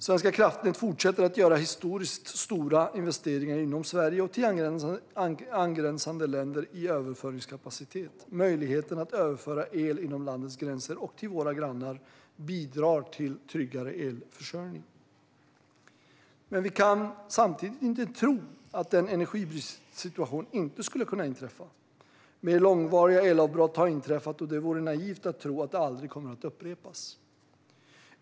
Svenska kraftnät fortsätter att göra historiskt stora investeringar inom Sverige och till angränsande länder i överföringskapacitet. Möjligheten att överföra el inom landets gränser och till våra grannar bidrar till en tryggare elförsörjning. Men vi kan samtidigt inte tro att en energibristsituation inte skulle kunna inträffa. Mer långvariga elavbrott har inträffat, och det vore naivt att tro att de aldrig kommer att upprepas.